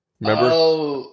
Remember